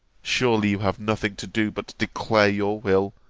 surely, you have nothing to do but to declare your will,